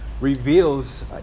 reveals